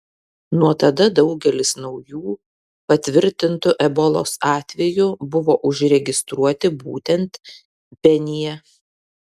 nuo tada daugelis naujų patvirtintų ebolos atvejų buvo užregistruoti būtent benyje